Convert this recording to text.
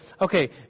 okay